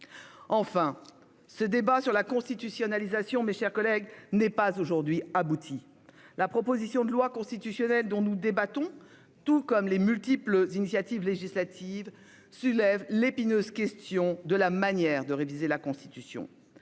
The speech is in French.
ce débat sur la constitutionnalisation n'est pas aujourd'hui abouti. La proposition de loi constitutionnelle dont nous débattons, tout comme les multiples initiatives législatives, soulève l'épineuse question de la manière de réviser la Constitution.